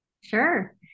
Sure